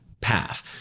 path